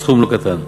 סכום לא קטן.